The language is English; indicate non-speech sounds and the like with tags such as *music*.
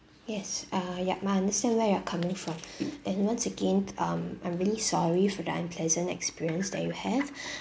yes uh yup I understand where you're coming from *breath* and once again um I'm really sorry for the unpleasant experience that you have *breath*